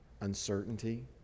uncertainty